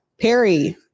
Perry